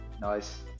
Nice